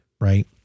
Right